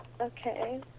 Okay